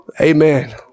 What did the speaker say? Amen